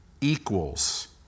equals